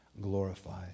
glorified